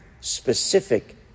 specific